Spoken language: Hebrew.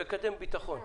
זה מקדם ביטחון.